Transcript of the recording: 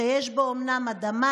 שיש בו אומנם אדמה,